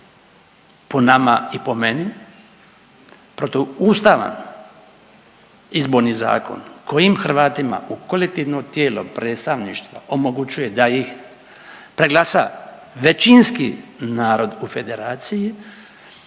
po nama i po meni, protuustavan Izborni zakon kojim Hrvatima u kolektivno tijelo predstavništva omogućuje da ih preglasa većinski narod u Federaciji,